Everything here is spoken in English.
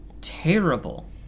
terrible